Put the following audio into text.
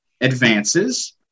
advances